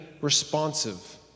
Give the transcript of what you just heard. responsive